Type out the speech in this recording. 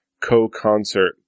co-concert